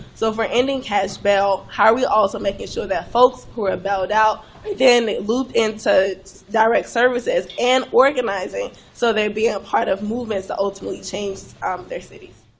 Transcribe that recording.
so for ending cash bail, how are we also making sure that folks who are bailed out are then looped into direct services and organizing, so they're being part of movements to ultimately change um their cities.